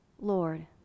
Lord